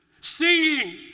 singing